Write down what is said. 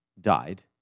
died